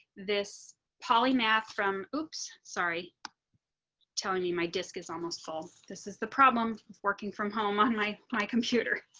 this polymath from oops sorry telling you my disc is almost full. this is the problem working from home on my my computer.